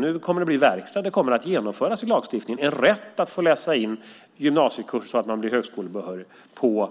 Nu kommer det att bli verkstad. Det kommer att genomföras i lagstiftningen en rätt att få läsa in gymnasiekurs på